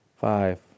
Five